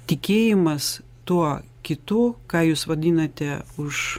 tikėjimas tuo kitu ką jūs vadinate už